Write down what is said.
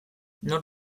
nor